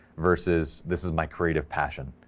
versus this is my creative passion,